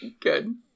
Good